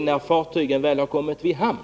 när fartygen väl har kommit i hamn.